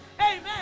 amen